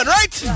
right